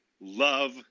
love